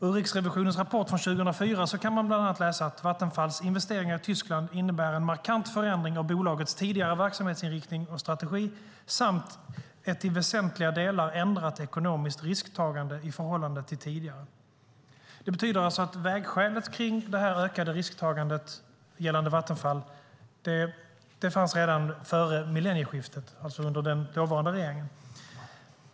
Ur Riksrevisionens rapport från 2004 kan man bland annat läsa att Vattenfalls investeringar i Tyskland innebär en markant förändring av bolagets tidigare verksamhetsinriktning och strategi samt ett i väsentliga delar ändrat ekonomiskt risktagande i förhållande till tidigare. Det betyder att vägskälet kring det ökade risktagandet gällande Vattenfall fanns redan före millennieskiftet, alltså under den dåvarande regeringen.